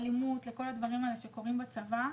אלימות וכל הדברים האלה שקורים בצבא.